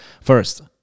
First